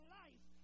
life